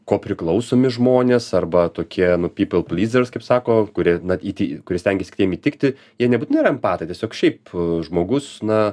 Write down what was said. kopriklausomi žmonės arba tokie nu people pleasers kaip sako kurie na įtei kurie stengias kitiem įtikti jie nebūtinai yra empatai tiesiog šiaip žmogus na